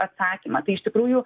atsakymą tai iš tikrųjų